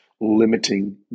limiting